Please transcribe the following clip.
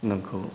नोंखौ